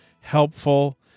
helpful